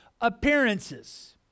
appearances